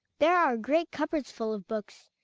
there are great cupboards full of books,